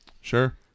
Sure